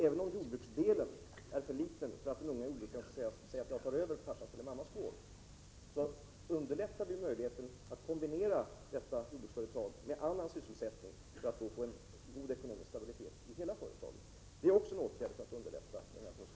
Även om jordbruksdelen är för liten för att den unge jordbrukaren skall kunna säga att han tar över pappas eller mammas gård, underlättas nu hans möjligheter att kombinera detta jordbruksföretag med annan sysselsättning, för att han skall få en god ekonomisk stabilitet i hela företaget. Det är en åtgärd som underlättar generationsskiften.